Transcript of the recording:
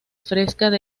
fresca